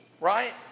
right